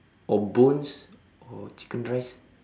or bones or chicken rice